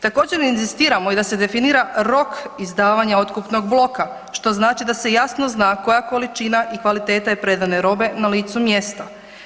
Također, inzistiramo i da se definira rok izdavanja otkupnog bloka, što znači da se jasno zna koja količina i kvaliteta je predane robe na licu mjesta.